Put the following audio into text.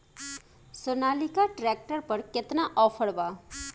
Sonalika tractor पर केतना offer बा?